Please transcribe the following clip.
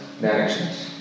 directions